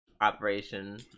operation